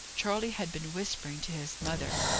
charley had been whispering to his mother.